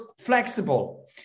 flexible